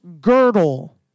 girdle